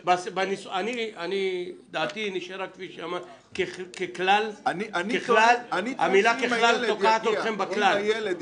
דעתי נשארה שהמילה "ככלל" תוקעת אתכם בכלל,